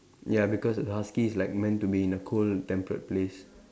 ya because the husky is like meant to be in a cold temperate place